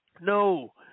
No